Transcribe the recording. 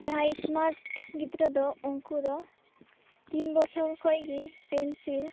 ᱡᱟᱦᱟᱭ ᱤᱥᱢᱟᱴ ᱜᱤᱫᱽᱨᱟᱹ ᱫᱚ ᱩᱱᱠᱩ ᱫᱚ ᱛᱤᱱ ᱵᱚᱪᱷᱚᱨ ᱠᱷᱚᱪ ᱜᱤ ᱯᱮᱱᱥᱤᱞ